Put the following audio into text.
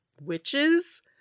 witches